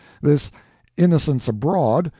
this innocents abroad,